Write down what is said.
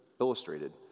illustrated